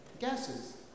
Gases